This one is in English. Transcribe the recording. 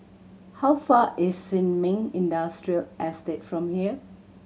how far is Sin Ming Industrial Estate from here